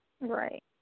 Right